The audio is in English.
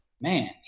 man